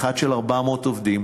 אחת של 400 עובדים,